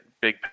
big